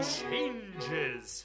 changes